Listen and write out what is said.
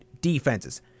defenses